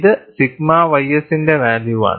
ഇത് sigma ys ന്റെ വാല്യൂവാണ്